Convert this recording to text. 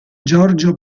giorgio